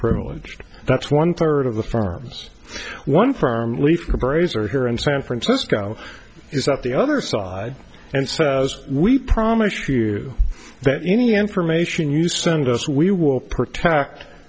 privileged that's one third of the firms one firmly for the braze are here in san francisco is that the other side and says we promise you that any information you send us we will protect